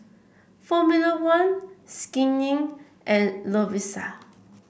Formula One Skin Inc and Lovisa